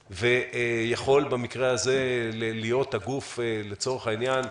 ויכול במקרה הזה להיות הגוף לצורך העניין: